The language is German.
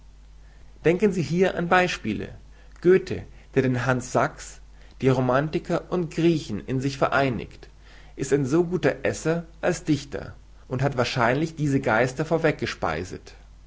denken sie hier an beispiele göthe der den hans sachs die romantiker und griechen in sich vereinigt ist ein so guter esser als dichter und hat wahrscheinlich diese geister